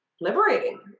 liberating